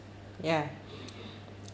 ya